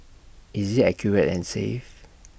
is IT accurate and safe